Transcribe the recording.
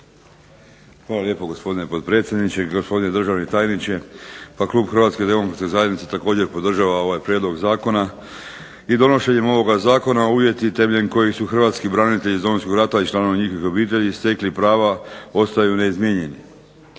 Hvala lijepo gospodine potpredsjedniče, gospodine državni tajniče. Pa klub HDZ-a također podržava ovaj prijedlog zakona i donošenjem ovog zakona o uvjetima temeljem kojih su hrvatski branitelji iz Domovinskog rata i članovi njihovih obitelji stekli prava ostaju neizmijenjeni.